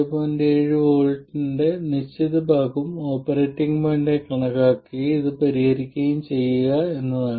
7 V യുടെ നിശ്ചിത ഭാഗം ഓപ്പറേറ്റിംഗ് പോയിന്റായി കണക്കാക്കുകയും ഇത് പരിഹരിക്കുകയും ചെയ്യുക എന്നതാണ്